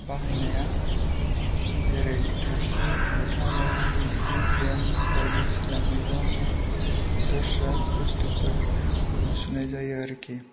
बाहायनाया जेरै थोरसि लथा माबा माबि सि जोम बायदिसिना मैगं दस्रा बुस्थुफोरखौ सुनाय जायो आरोखि